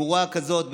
גרועה כזאת,